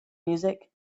music